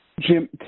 Jim